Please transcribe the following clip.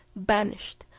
banished,